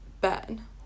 Ben